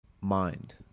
Mind